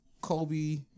Kobe